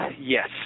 Yes